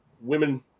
women